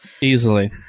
easily